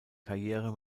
karriere